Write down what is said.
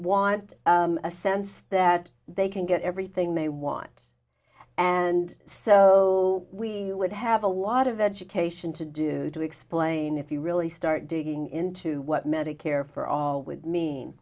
want a sense that they can get everything they want and so you would have a lot of education to do to explain if you really start digging into what medicare for all w